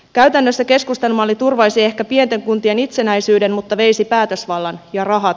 käytännössä keskustan malli turvaisi ehkä pienten kuntien itsenäisyyden mutta veisi päätösvallan ja rahat